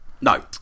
No